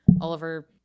oliver